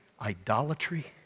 idolatry